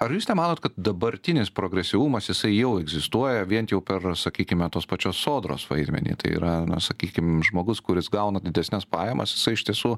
ar jūs nemanot kad dabartinis progresyvumas jisai jau egzistuoja vient jau per sakykime tos pačios sodros vaidmenį tai yra sakykim žmogus kuris gauna didesnes pajamas jisai iš tiesų